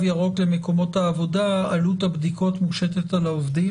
ירוק למקומות העבודה עלות הבדיקות מושתת על העובדים,